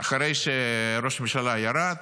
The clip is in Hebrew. אחרי שראש הממשלה ירד